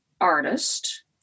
artist